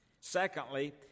secondly